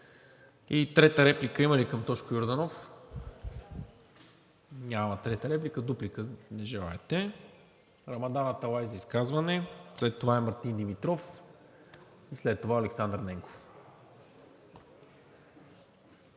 Трета реплика има ли към Тошко Йорданов? Няма трета реплика. Дуплика? Не желаете. Рамадан Аталай за изказване. След това е Мартин Димитров и след това – Александър Ненков.